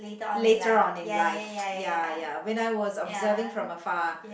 later on in life ya ya when I was observing from the far